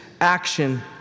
action